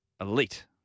elite